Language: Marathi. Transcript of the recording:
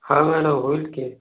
हां मॅडम होईल की